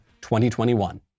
2021